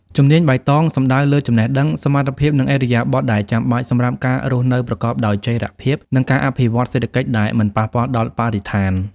ជំនាញបៃតងសំដៅលើចំណេះដឹង សមត្ថភាព និងឥរិយាបថដែលចាំបាច់សម្រាប់ការរស់នៅប្រកបដោយចីរភាព និងការអភិវឌ្ឍន៍សេដ្ឋកិច្ចដែលមិនប៉ះពាល់ដល់បរិស្ថាន។